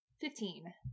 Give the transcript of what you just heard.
Fifteen